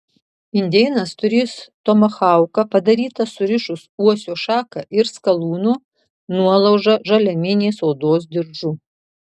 indėnas turės tomahauką padarytą surišus uosio šaką ir skalūno nuolaužą žaliaminės odos diržu